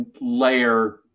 layer